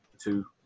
two